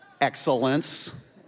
excellence